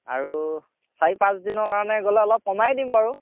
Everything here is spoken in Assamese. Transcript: আৰু চাৰি পাঁচদিনৰ কাৰণে গ'লে অলপ কমাই দিম বাৰু